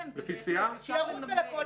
כן, בהחלט.